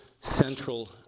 central